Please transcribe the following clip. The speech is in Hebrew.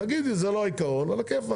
תגיד לי שזה לא העיקרון, זה על הכיפק.